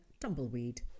tumbleweed